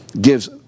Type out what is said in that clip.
gives